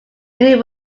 eileen